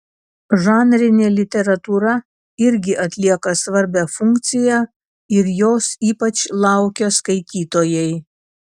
žanrinė literatūra irgi atlieka svarbią funkciją ir jos ypač laukia skaitytojai